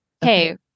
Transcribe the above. Hey